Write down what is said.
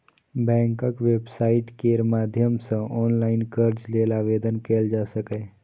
बैंकक वेबसाइट केर माध्यम सं ऑनलाइन कर्ज लेल आवेदन कैल जा सकैए